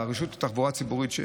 רשות התחבורה הציבורית,